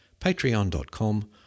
patreon.com